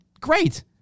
great